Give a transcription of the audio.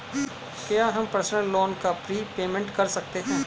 क्या हम personal loan का प्रीपेमेंट कर सकते हैं?